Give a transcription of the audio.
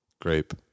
Grape